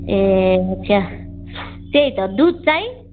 ए अच्छा त्यही त दुध चाहिँ